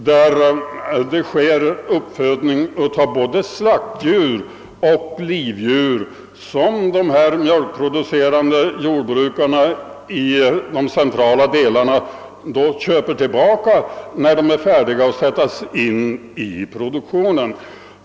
De senare uppföder både slaktdjur och livdjur, vilka de mjölkproducerande jordbrukarna i de mera centralt belägna orterna köper tillbaka från de avlägset belägna jordbruken när korna är färdiga att sättas in i produktionen.